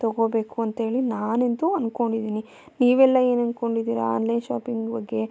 ತಗೊಳ್ಬೇಕು ಅಂಥೇಳಿ ನಾನಂತೂ ಅಂದ್ಕೊಂಡಿದ್ದೀನಿ ನೀವೆಲ್ಲ ಏನು ಅಂದ್ಕೊಂಡಿದ್ದೀರಾ ಆನ್ಲೈನ್ ಶಾಪಿಂಗ್ ಬಗ್ಗೆ